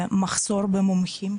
מחסור במומחים,